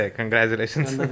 congratulations